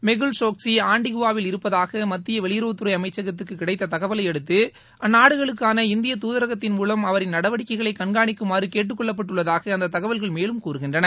மெகுல் சோக்ஷி ஆண்டிகுவாவில் இருப்பதாக மத்திய வெளியுறவுத்துறை அமைச்சகத்துக்கு கிடைத்த தகவலையடுத்து அந்நாடுகளுக்கான இந்திய தூதரகத்தின் மூலம் அவரின் நடவடிக்கைகளை கண்காணிக்குமாறு கேட்டுக்கொள்ளப்பட்டுள்ளதாக அந்த தகவல்கள் மேலும் கூறுகின்றன